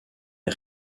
est